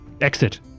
exit